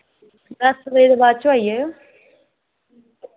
दस बजे दे बाद च आई जायो